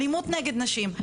אלימות נגד נשים,